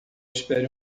espere